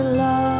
love